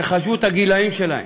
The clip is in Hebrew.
תחשבו את הגילים שלהם,